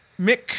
mick